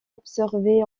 absorbé